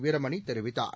வீரமணி தெரிவித்தார்